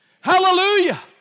Hallelujah